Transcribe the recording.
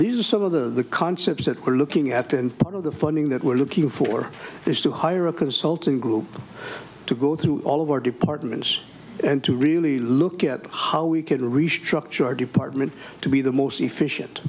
these are some of the concepts that we're looking at and part of the funding that we're looking for is to hire a consultant group to go through all of our departments and to really look at how we can restructure our department to be the most efficient